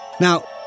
Now